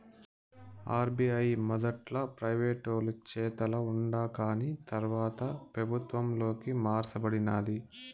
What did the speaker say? RBI మొదట్ల ప్రైవేటోలు చేతల ఉండాకాని తర్వాత పెబుత్వంలోకి మార్స బడినాది